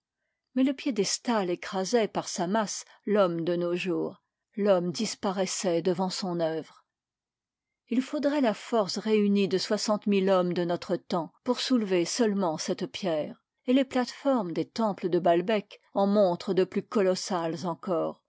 mais le piédestal écrasait par sa masse l'homme de nos jours l'homme disparaissait devant son œuvre il faudrait la force réunie de soixante mille hommes de notre temps pour soulever seulement cette pierre et les plates-formes des temples de balbek en montrent de plus colossales encore